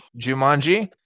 Jumanji